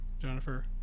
Jennifer